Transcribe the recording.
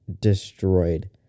destroyed